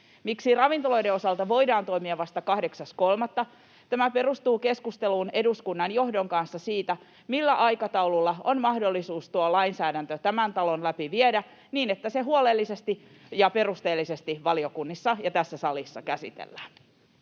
Miksi ravintoloiden osalta voidaan toimia vasta 8.3.? Tämä perustuu keskusteluun eduskunnan johdon kanssa siitä, millä aikataululla on mahdollisuus tuo lainsäädäntö tämän talon läpi viedä niin, että se huolellisesti ja perusteellisesti valiokunnissa ja tässä salissa käsitellään.